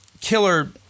killer